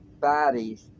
bodies